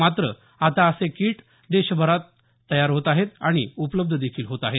मात्र आता असे किटस् देशातच तयार होत आहेत आणि उपलब्ध देखील आहेत